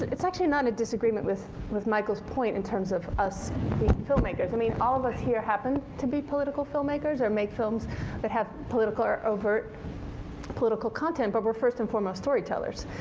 it's actually not a disagreement with with michael's point in terms of us being filmmakers. i mean, all of us here happen to be political filmmakers or make films that have political, overt political content. but we're first and foremost storytellers.